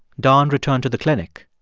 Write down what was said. don returned to the clinic.